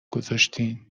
گذاشتین